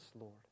Lord